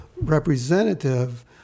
representative